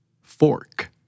fork